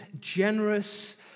generous